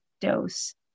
dose